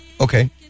Okay